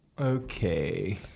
Okay